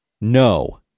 no